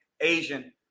Asian